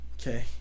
Okay